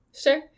Sure